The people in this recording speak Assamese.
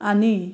আনি